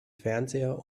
fernseher